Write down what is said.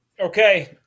Okay